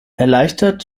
erleichtert